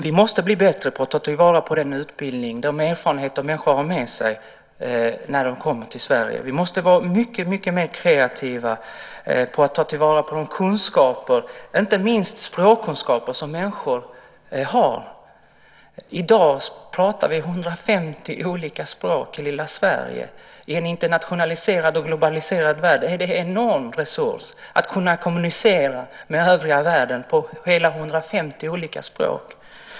Vi måste bli bättre på att ta vara på den utbildning och de erfarenheter som människor har med sig när de kommer till Sverige. Vi måste vara mycket mer kreativa när det gäller att ta vara på människors kunskaper, inte minst språkkunskaper. I dag pratar vi 150 olika språk i lilla Sverige. I en internationaliserad och globaliserad värld är det en enorm resurs att kunna kommunicera med övriga världen på hela 150 olika språk.